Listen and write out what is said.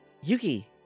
Yuki